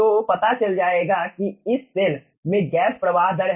तो पता चल जाएगा कि यह इस सेल में गैस प्रवाह दर है